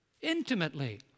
intimately